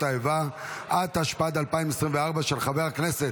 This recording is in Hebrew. ברשות יושב-ראש הישיבה, אני